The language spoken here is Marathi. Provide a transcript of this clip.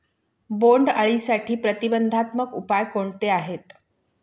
बोंडअळीसाठी प्रतिबंधात्मक उपाय कोणते आहेत?